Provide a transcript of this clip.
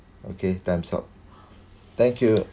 okay time's up thank you